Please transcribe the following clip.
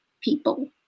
people